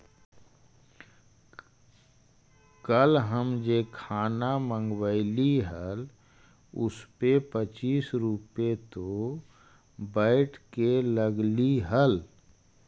कल हम जे खाना मँगवइली हल उसपे पच्चीस रुपए तो वैट के लगलइ हल